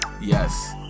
Yes